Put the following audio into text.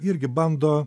irgi bando